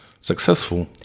successful